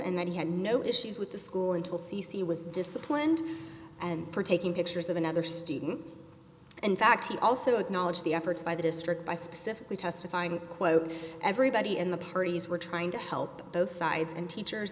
and that he had no issues with the school until c c was disciplined and for taking pictures of another student in fact he also acknowledged the efforts by the district by specifically testifying quote everybody in the parties were trying to help both sides and teachers